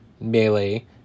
melee